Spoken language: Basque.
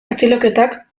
atxiloketak